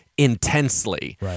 intensely